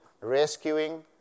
rescuing